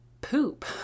poop